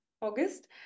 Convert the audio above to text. August